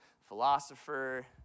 philosopher